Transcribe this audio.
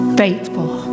faithful